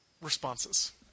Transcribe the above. responses